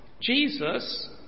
Jesus